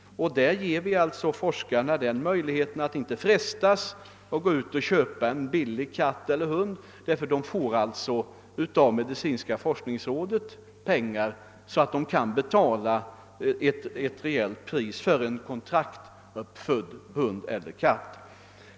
Därigenom ger vi forskarna möjlighet att slippa frestas att köpa en billig katt eller hund. De får nämligen pengar av medicinska forskningsrådet så att de kan betala ett rejält pris för en kontraktsuppfödd hund eller katt.